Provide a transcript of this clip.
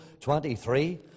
23